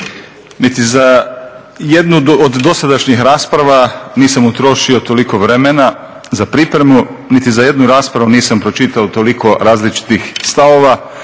Niti za jednu od dosadašnjih rasprava nisam utrošio toliko vremena za pripremu, niti za jednu raspravu nisam pročitao toliko različitih stavova